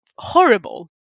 Horrible